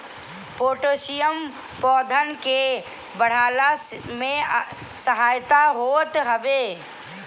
potassium पौधन के बढ़ला में सहायक होत हवे